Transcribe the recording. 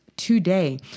today